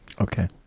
Okay